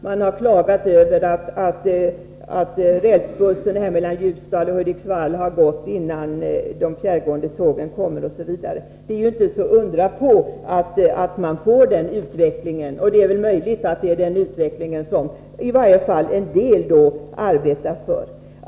Man har klagat över att rälsbussen mellan Ljusdal och Hudiksvall har gått innan de fjärrgående tågen kommer, osv. Då är det inte att undra på att man får den här utvecklingen — och det är väl möjligt att det är den utvecklingen som i varje fall en del arbetar för.